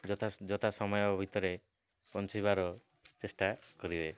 ଯଥା ଯଥା ସମୟ ଭିତରେ ପହଞ୍ଚିବାର ଚେଷ୍ଟା କରିବେ